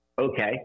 Okay